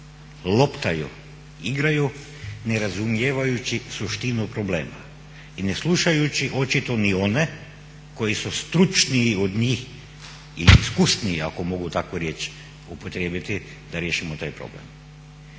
loptaju, igraju ne razumijevajući suštinu problema i ne slušajući očito ni one koji su stručniji od njih i iskusniji ako mogu takvu riječ upotrijebiti da riješimo taj problem.